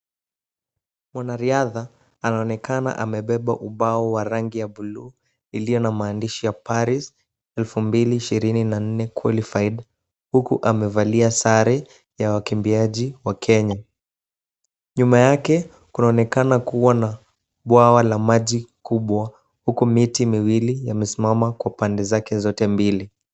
Mwanariadha anaonekana amebeba ubao wa rangi ya buluu iliyo na maandishi ya Paris 2024 Qualified huku amevalia sare ya wakimbiaji wa Kenya. Nyuma yake kunaonekana kuwa na bwawa la maji kubwa huku miti miwili yamesimama kwa upande zake zote mbili.